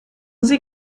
sie